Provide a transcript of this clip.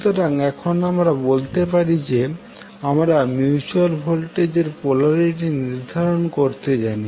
সুতরাং এখন আমরা বলতে পারি যে আমরা মিউচুয়াল ভোল্টেজের পলারিটি নির্ধারণ করতে জানি